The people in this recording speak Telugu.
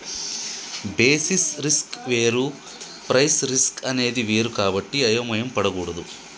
బేసిస్ రిస్క్ వేరు ప్రైస్ రిస్క్ అనేది వేరు కాబట్టి అయోమయం పడకూడదు